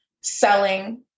selling